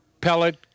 pellet